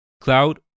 Cloud